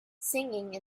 singing